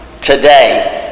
today